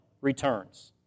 returns